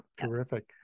Terrific